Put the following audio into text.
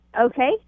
Okay